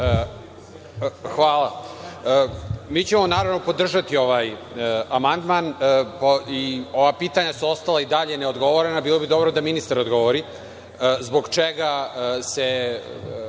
Hvala. Mi ćemo naravno podržati ovaj amandman i ova pitanja su ostala i dalje neodgovorena. Bilo bi dobro da ministar odgovori